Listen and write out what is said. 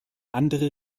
andere